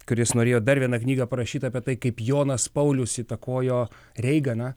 kuris norėjo dar vieną knygą parašyti apie tai kaip jonas paulius įtakojo reiganą